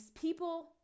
people